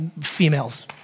females